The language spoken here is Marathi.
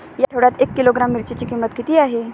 या आठवड्यात एक किलोग्रॅम मिरचीची किंमत किती आहे?